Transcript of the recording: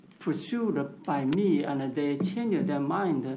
pursued ah by me and they change their mind,